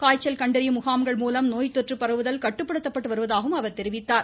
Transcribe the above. காய்ச்சல் கண்டறியும் முகாம்கள் முலம் நோய்த்தொற்று பரவுகல் கட்டுப்படுத்தப்பட்டு வருவதாகவும் குறிப்பிட்டார்